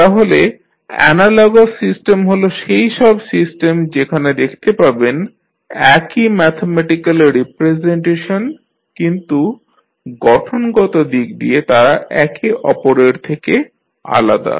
তাহলে analogous system হল সেইসব সিস্টেম যেখানে দেখতে পাবেন একই ম্যাথমেটিক্যাল রিপ্রেজেন্টেশন কিন্তু গঠনগত দিক দিয়ে তারা একে অপরের থেকে আলাদা